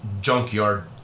junkyard